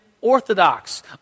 Orthodox